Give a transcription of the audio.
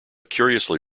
curiously